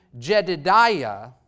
Jedidiah